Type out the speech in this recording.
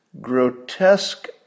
grotesque